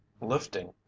LIFTING